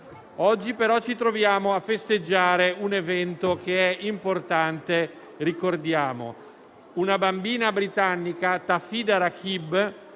Oggi però ci troviamo a festeggiare un evento che è importante, ricordiamolo: una bambina britannica, Tafida Raqeeb,